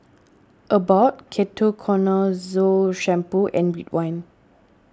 Abbott Ketoconazole Shampoo and Ridwind